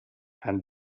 and